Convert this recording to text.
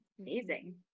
amazing